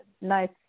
nice